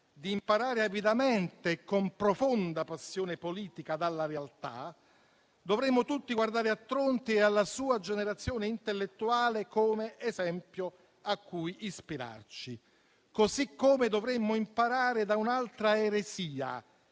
di imparare avidamente e con profonda passione politica dalla realtà, dovremmo tutti guardare a Tronti e alla sua generazione intellettuale come esempio a cui ispirarci; così come dovremmo imparare da un'altra eresia